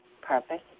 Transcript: Purpose